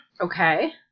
Okay